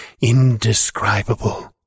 indescribable